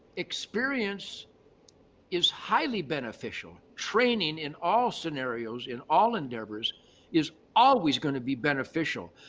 experience is highly beneficial. training in all scenarios, in all endeavors is always going to be beneficial.